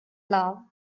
love